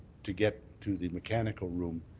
to get to the mechanical room,